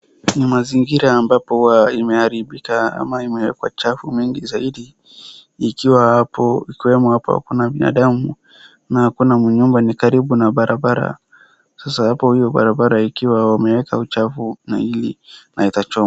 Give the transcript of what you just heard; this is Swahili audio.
Maziingira ambapo huwa imeharibika ama imewekwa chafu mingi zaidi, ikiwa hapo ikiwemo hapo hakuna binadamu na hakuna manyumba ni karibu na barabara sasa hapo hiyo barabara ikiwa wameeka uchafu mingi unaezachoma.